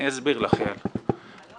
אני אסביר לך, יעל.